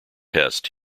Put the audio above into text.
test